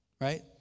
Right